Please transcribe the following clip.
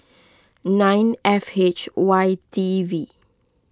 nine F H Y T V